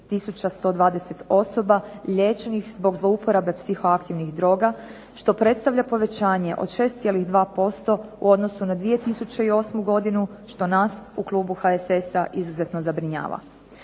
29120 osoba liječenih zbog zlouporabe psiho aktivnih droga što predstavlja povećanje od 6,2% u odnosu na 2008. godinu što nas u klubu HSS-a izuzetno zabrinjava.